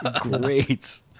great